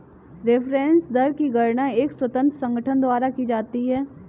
reference दर की गणना एक स्वतंत्र संगठन द्वारा की जाती है